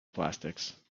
plastics